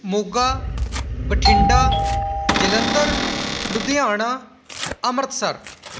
Moga Bathinda Jalandhar Ludhiana Amritsar